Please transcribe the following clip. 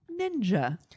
ninja